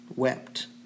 wept